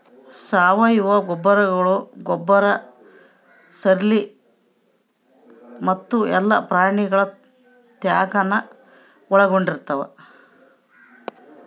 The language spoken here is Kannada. ಸಾವಯವ ಗೊಬ್ಬರಗಳು ಗೊಬ್ಬರ ಸ್ಲರಿ ಮತ್ತು ಎಲ್ಲಾ ಪ್ರಾಣಿಗಳ ತ್ಯಾಜ್ಯಾನ ಒಳಗೊಂಡಿರ್ತವ